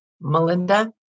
Melinda